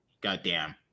Goddamn